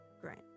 Great